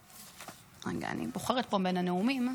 רגע, אני בוחרת פה בין הנאומים.